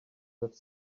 have